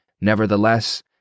Nevertheless